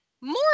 more